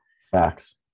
Facts